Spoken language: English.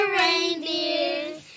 reindeers